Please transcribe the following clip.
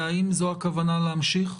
והאם זו הכוונה להמשך?